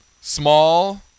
small